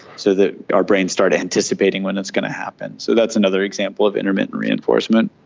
so that our brains start anticipating when it's going to happen. so that's another example of intermittent reinforcement.